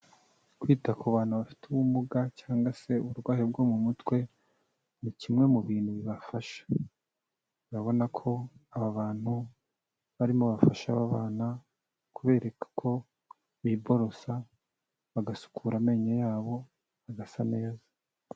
Kwita ku bantu bafite ubumuga cyangwa se uburwayi bwo mu mutwe ni kimwe mu bintu bibafasha, urabona ko aba bantu, barimo bafasha aba bana kubereka uko biborosa bagasukura amenyo yabo agasa neza.